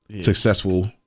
successful